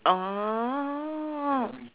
oh